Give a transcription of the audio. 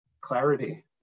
clarity